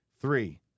Three